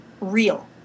real